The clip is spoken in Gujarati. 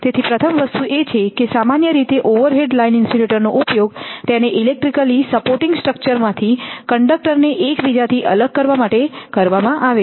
તેથી પ્રથમ વસ્તુ એ છે કે સામાન્ય રીતે ઓવરહેડ લાઇન ઇન્સ્યુલેટરનો ઉપયોગ તેને ઇલેક્ટ્રિકલી સપોર્ટિંગ સ્ટ્રક્ચર્સ માંથી કંડક્ટરને એકબીજાથી અલગ કરવા માટે કરવામાં આવે છે